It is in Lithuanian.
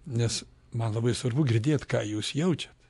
nes man labai svarbu girdėt ką jūs jaučiat